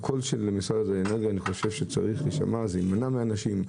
אני חושב שהקול של משרד האנרגיה צריך להישמע כי זה יוריד את השימוש.